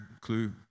clue